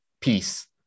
peace